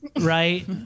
right